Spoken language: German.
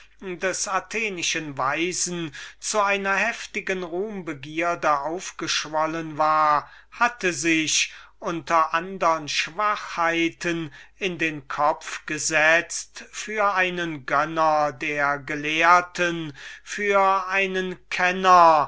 des atheniensischen weisen zu einer heftigen ruhmbegierde aufgeschwollen war hatte sich unter andern schwachheiten in den kopf gesetzt für einen gönner der gelehrten für einen kenner